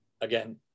again